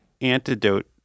antidote